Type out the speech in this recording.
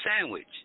sandwich